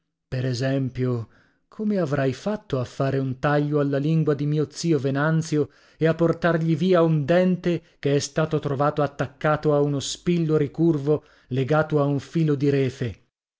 per esempio come avrai fatto a fare un taglio alla lingua di mio zio venanzio e a portargli via un dente che è stato trovato attaccato a uno spillo ricurvo legato a un filo di refe